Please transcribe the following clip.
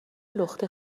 لختی